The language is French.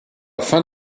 fin